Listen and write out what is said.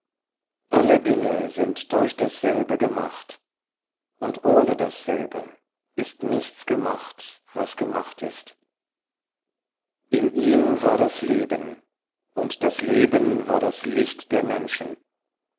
alle dinge sind durch dasselbe gemacht und ohne dasselbe ist nichts gemacht was gemacht ist in ihm war das leben und das leben war das licht der menschen